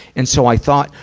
and so i thought,